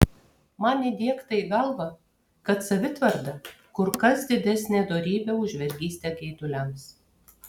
man įdiegta į galvą kad savitvarda kur kas didesnė dorybė už vergystę geiduliams